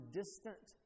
distant